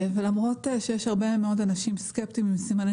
למרות שיש הרבה מאוד אנשים סקפטיים עם סימני